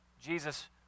Jesus